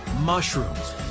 mushrooms